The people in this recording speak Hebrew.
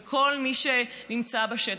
וכל מי שנמצא בשטח.